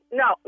no